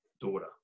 daughter